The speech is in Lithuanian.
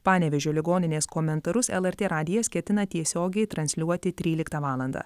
panevėžio ligoninės komentarus lrt radijas ketina tiesiogiai transliuoti tryliktą valandą